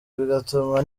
bigatuma